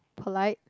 polite